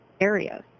areas